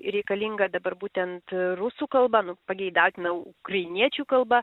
reikalinga dabar būtent rusų kalba nu pageidautina ukrainiečių kalba